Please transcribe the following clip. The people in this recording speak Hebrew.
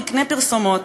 נקנה פרסומות.